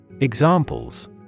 Examples